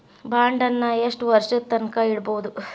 ಬಾಂಡನ್ನ ಯೆಷ್ಟ್ ವರ್ಷದ್ ತನ್ಕಾ ಇಡ್ಬೊದು?